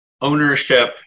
ownership